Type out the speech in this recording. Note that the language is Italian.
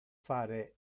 fare